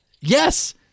Yes